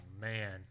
man